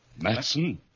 Matson